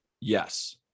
yes